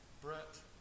Brett